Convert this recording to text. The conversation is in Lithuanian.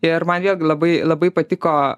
ir man vėlgi labai labai patiko